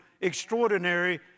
extraordinary